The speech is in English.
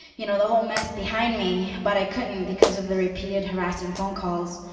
you know, the whole mess behind me, but i couldn't because of the repeated harassing phone calls.